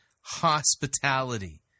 hospitality